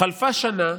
חלפה שנה,